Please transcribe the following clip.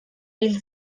hil